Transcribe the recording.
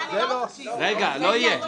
לא יהיה.